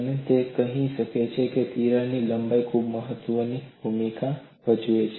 અને તે કહી શકે છે કે તિરાડની લંબાઈ પણ ખૂબ મહત્વની ભૂમિકા ભજવે છે